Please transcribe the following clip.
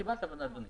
קיבלת, אדוני.